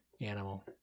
animal